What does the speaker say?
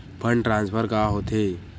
Fund transfer का होथे?